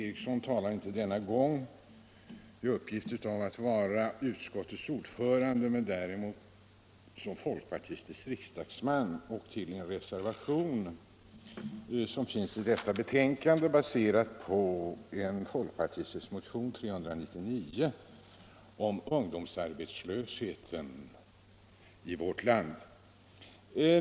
Han talade denna gång inte i egenskap av utskottets ordförande utan som folkpartistisk riksdagsman och för den reservation som baserats på folkpartiets motion 399 om ungdomsarbetslösheten i vårt land.